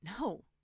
No